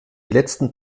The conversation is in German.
letzten